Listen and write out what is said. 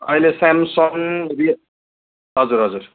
अहिले स्यामसङ रिय हजुर हजुर